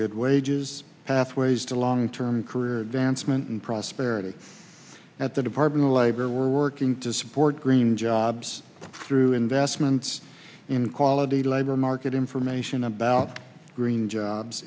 good wages pathways to long term career advancement and prosperity at the department of labor working to support green jobs through investments in quality labor market information about green jobs